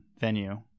venue